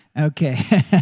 Okay